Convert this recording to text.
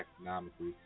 economically